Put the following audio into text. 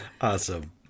awesome